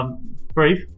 brief